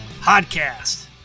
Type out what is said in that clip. Podcast